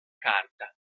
carta